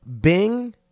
Bing